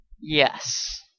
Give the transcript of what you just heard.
Yes